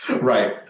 Right